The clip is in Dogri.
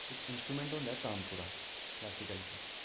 इक इंसटूमैट होंदा ऐ तानपुरा क्लासीकल च